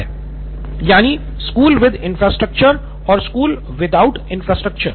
सिद्धार्थ मटूरी यानि school with infrastructure और स्कूल विदाउट इंफ्रास्ट्रक्चर